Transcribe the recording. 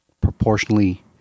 proportionally